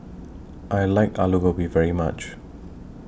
I like Alu Gobi very much